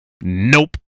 Nope